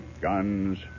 Guns